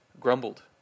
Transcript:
grumbled